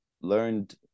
learned